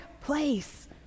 place